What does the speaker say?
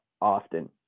often